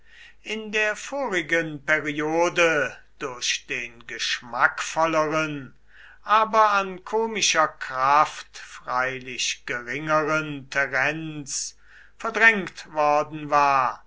in der vorigen periode durch den geschmackvolleren aber an komischer kraft freilich geringeren terenz verdrängt worden war